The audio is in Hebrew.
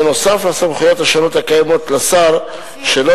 בנוסף לסמכויות השונות הקיימות לשר שלא